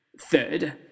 Third